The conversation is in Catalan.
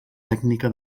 tècnica